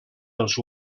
els